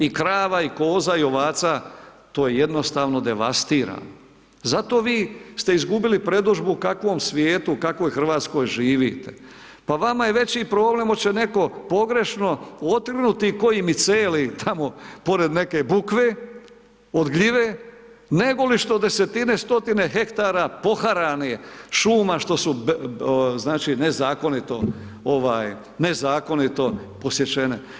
I krava i koza i ovaca to je jednostavno devastirano zato vi ste izgubili predodžbu u kakvom svijetu u kakvoj Hrvatskoj živite, pa vama je veći problem hoće li netko pogrešno otrgnuti koji micelij tamo pored neke bukve od gljive nego li što desetine, stotine hektara poharanih šuma što su nezakonito znači nezakonito, ovaj nezakonito posječene.